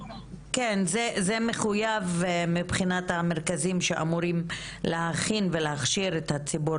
זה מחויב מבחינת המרכזים שאמורים להכין ולהכשיר את הציבור